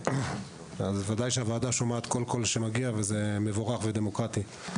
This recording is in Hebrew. אז ודאי שהוועדה שומעת כל קול וזה מבורך ודמוקרטי.